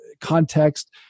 context